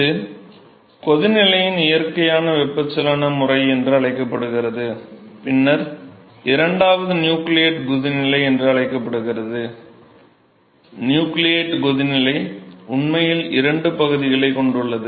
இது கொதிநிலையின் இயற்கையான வெப்பச்சலன முறை என்று அழைக்கப்படுகிறது பின்னர் இரண்டாவது நியூக்ளியேட் கொதிநிலை என்று அழைக்கப்படுகிறது நியூக்ளியேட் கொதிநிலை உண்மையில் இரண்டு பகுதிகளைக் கொண்டுள்ளது